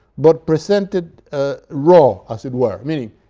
but presented ah raw, as it were, meaning,